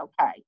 okay